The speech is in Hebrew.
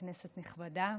כנסת נכבדה,